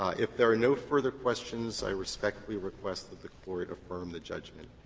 ah if there are no further questions, i respectfully request that the court affirm the judgment.